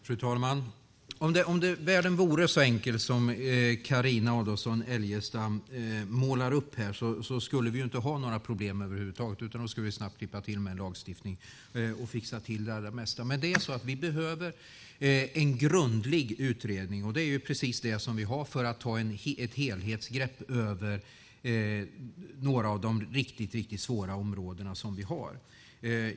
Fru talman! Om världen vore så enkel som Carina Adolfsson Elgestam målar upp skulle vi inte ha några problem över huvud taget, utan då skulle vi snabbt klippa till med en lagstiftning och fixa till det allra mesta. Men vi behöver en grundlig utredning för att ta ett helhetsgrepp på några av de riktigt svåra områden vi har, och det är precis det vi har.